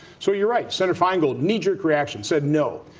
so you're right, senator feingold, knee-jerk reaction, said no.